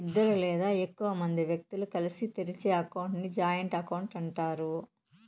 ఇద్దరు లేదా ఎక్కువ మంది వ్యక్తులు కలిసి తెరిచే అకౌంట్ ని జాయింట్ అకౌంట్ అంటారు